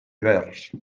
ibers